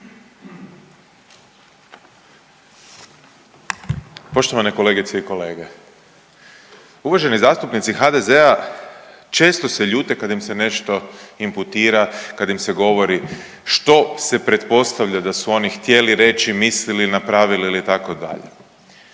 Poštovane kolegice i kolege, uvaženi zastupnici HDZ-a često se ljute kad im se nešto imputira, kad im se govori što se pretpostavlja da su oni htjeli reći, mislili, napravili ili tako dalje,